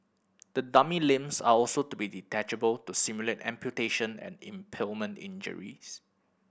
the dummy's limbs are also to be detachable to simulate amputation and impalement injuries